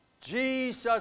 Jesus